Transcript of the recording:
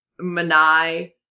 Manai